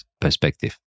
perspective